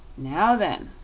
now then,